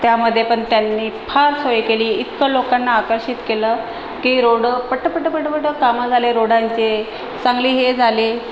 त्यामध्ये पण त्यांनी फार सोय केली इतकं लोकांना आकर्षित केलं की रोड पटपटपटपट कामं झाले रोडांचे चांगली हे झाले